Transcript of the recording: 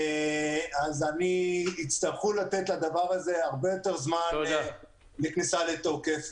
אז יצטרכו לתת לדבר הזה הרבה יותר זמן לכניסה לתוקף,